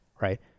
right